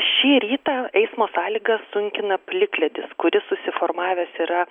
šį rytą eismo sąlygas sunkina plikledis kuris susiformavęs yra